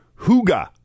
huga